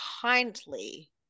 kindly